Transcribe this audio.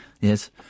yes